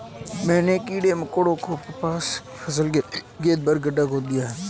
मैंने कीड़े मकोड़ों को फसाने के लिए खेत भर में गड्ढे खोद दिए हैं